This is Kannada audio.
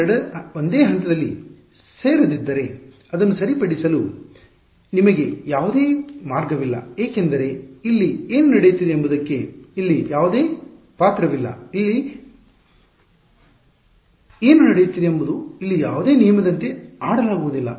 ಈ 2 ಒಂದೇ ಹಂತದಲ್ಲಿ ಸೇರದಿದ್ದರೆ ಅದನ್ನು ಸರಿಪಡಿಸಲು ನಿಮಗೆ ಯಾವುದೇ ಮಾರ್ಗವಿಲ್ಲ ಏಕೆಂದರೆ ಇಲ್ಲಿ ಏನು ನಡೆಯುತ್ತಿದೆ ಎಂಬುದಕ್ಕೆ ಇಲ್ಲಿ ಯಾವುದೇ ಪಾತ್ರವಿಲ್ಲ ಇಲ್ಲಿ ಏನು ನಡೆಯುತ್ತಿದೆ ಎಂಬುದು ಇಲ್ಲಿ ಯಾವುದೇ ನಿಯಮದಂತೆ ಆಡಲಾಗುವುದಿಲ್ಲ